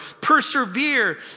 Persevere